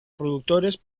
productores